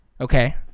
Okay